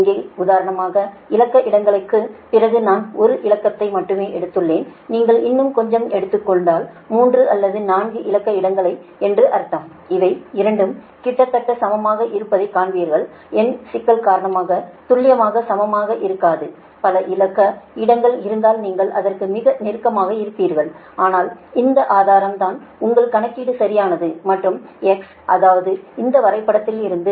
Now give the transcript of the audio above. இங்கே உதாரணமாக இலக்க இடங்களுக்குப் பிறகு நான் 1 இலக்கத்தை மட்டுமே எடுத்துள்ளேன் நீங்கள் இன்னும் கொஞ்சம் எடுத்துக்கொண்டால் 3 அல்லது 4 இலக்க இடங்கள் என்று அர்த்தம் இவை இரண்டும் கிட்டத்தட்ட சமமாக இருப்பதைக் காண்பீர்கள் எண் சிக்கல் காரணமாக துல்லியமாக சமமாக இருக்காது பல இலக்க இடங்கள் இருந்தால் நீங்கள் அதற்கு மிக நெருக்கமாக இருப்பீர்கள் ஆனால் இந்த ஆதாரம் தான் உங்கள் கணக்கீடு சரியானது மற்றும்X அதாவது இந்த வரைபடத்திலிருந்து